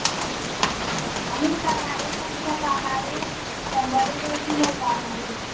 आनी कानारे धा तुका कानारे शंबर रुपया किलो कानारे